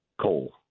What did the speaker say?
Coal